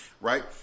right